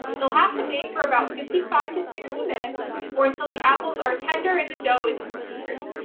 it'll have to bake for about fifty five to sixty minutes or until the apples are tender and the dough is cooked through.